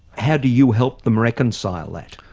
how do you help them reconcile that?